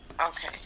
Okay